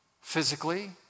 physically